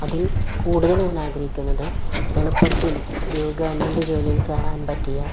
അതിൽ കൂടുതൽ ഞാൻ ആഗ്രഹിക്കുന്നത് എളുപ്പത്തിൽ ഒരു ഗവൺമെന്റ് ജോലിയിൽ കയറാൻ പറ്റിയ